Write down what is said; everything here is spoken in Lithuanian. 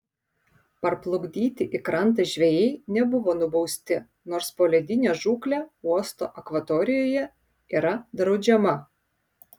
parplukdyti į krantą žvejai nebuvo nubausti nors poledinė žūklė uosto akvatorijoje yra draudžiama